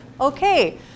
Okay